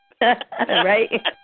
right